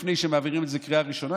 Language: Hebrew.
לפני שמעבירים את זה בקריאה ראשונה,